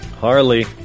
Harley